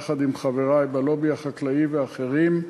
יחד עם חברי בלובי החקלאי ואחרים: